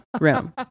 room